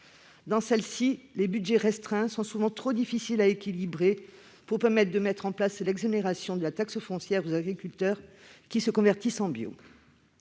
En effet, leur budget restreint est souvent trop difficile à équilibrer pour permettre de mettre en place l'exonération de la taxe foncière pour les agriculteurs qui se convertissent au bio.